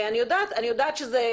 אני יודעת שזה,